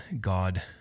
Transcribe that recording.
God